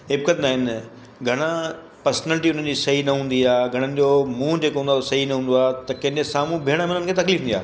हिपकंदा आहिनि घणा पर्सनैलिटी उन्हनि जी सही न हूंदी आहे घणनि जो मू जेको हूंदो आहे उहो सही न हूंदो आहे त कंहिंजे साम्हूं वेहण में उन्हनि खे तकलीफ़ थींदी आहे